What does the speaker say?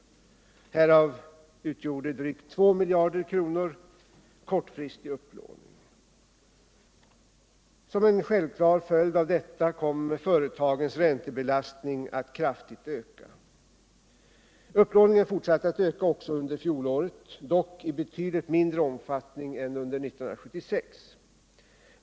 Härav utgjorde drygt 2 miljarder kronor kortfristig upplåning. Som en självklar följd av detta kom företagens räntebelastning att kraftigt öka. Upplåningen fortsatte att öka under år 1977, dock i betydligt mindre omfattning än år 1976.